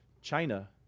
China